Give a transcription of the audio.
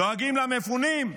דואגים למפונים?